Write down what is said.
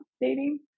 dating